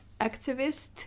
activist